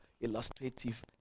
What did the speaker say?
illustrative